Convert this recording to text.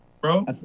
Bro